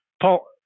Paul